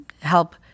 help